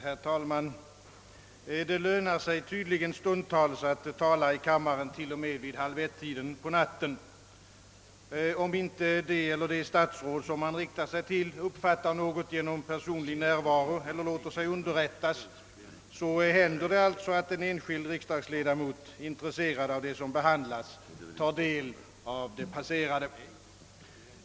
Herr talman! Det lönar sig tydligen stundtals att tala i kammaren till och med vid halvettiden på natten. Om inte det eller de statsråd man riktar sig till uppfattar något genom personlig närvaro eller låter sig underrättas, händer det alltså, att en enskild riksdagsledamot är intresserad av det som behandlas och tar del av det passerade.